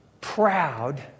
proud